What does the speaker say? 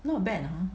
not bad hor